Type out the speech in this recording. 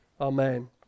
Amen